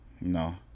No